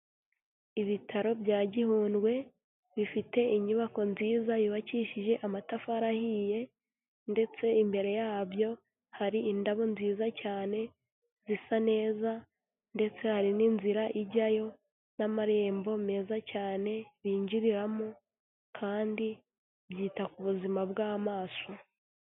Ibitaro bya Gihundwe bifite inyubako nziza yubakishije amatafari ahiye ndetse imbere yabyo hari indabo nziza cyane zisa neza ndetse hari n'inzira ijyayo n'amarembo meza cyane binjiriramo kandi byita ku buzima bw'amaso.